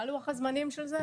מה לוח הזמנים של זה,